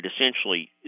essentially